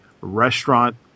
restaurant